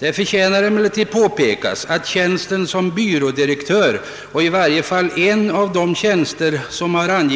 Det förtjänar emellertid påpekas att tjänsten som byrådirektör och i varje fall en av kontorsskrivartjänsterna syftar